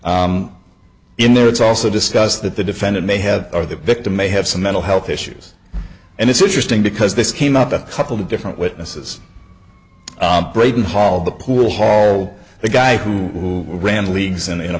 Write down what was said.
acts in there it's also discussed that the defendant may have or the victim may have some mental health issues and it's interesting because this came up a couple of different witnesses braden hall the pool hall the guy who ran leagues and in a